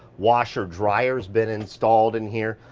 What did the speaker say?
washer dryers been installed in here.